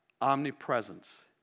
omnipresence